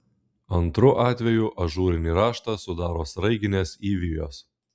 antru atvejų ažūrinį raštą sudaro sraiginės įvijos